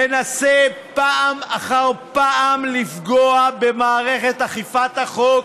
מנסה פעם אחר פעם לפגוע במערכת אכיפת החוק